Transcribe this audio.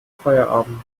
feierabend